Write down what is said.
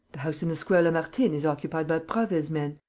the house in the square lamartine is occupied by prasville's men.